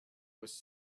was